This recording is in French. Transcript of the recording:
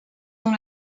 dont